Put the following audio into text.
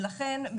ולכן,